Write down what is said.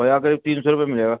کھویا صرف تین سو روپیہ مل گا